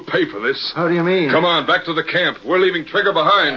pay for this how do you mean come on back to the camp we're leaving trigger behind